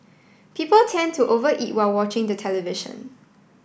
people tend to over eat while watching the television